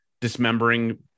dismembering